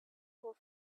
who